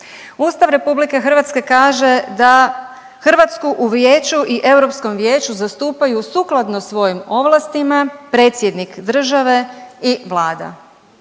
Ustav RH kaže da Hrvatsku u Vijeću i Europskom vijeću zastupaju sukladno svojim ovlastima predsjednik države i Vlada.